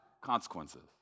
consequences